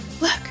Look